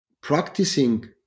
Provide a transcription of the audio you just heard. practicing